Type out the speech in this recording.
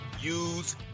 use